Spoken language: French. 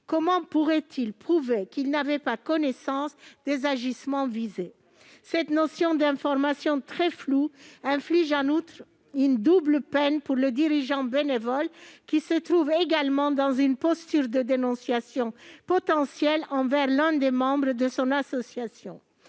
Comment pourraient-ils prouver qu'ils n'avaient pas connaissance des agissements visés ? En outre, cette notion d'information, très floue, inflige une double peine pour le dirigeant bénévole, qui se trouve également dans une posture de dénonciation potentielle envers l'un des membres de son association.